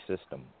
system